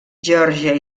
geòrgia